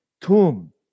tomb